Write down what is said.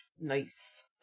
Nice